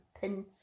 pin